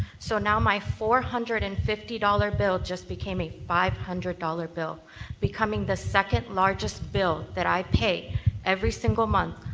so now my four hundred and fifty dollars bill just became a five hundred dollars bill becoming the second largest bill that i pay every single month,